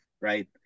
right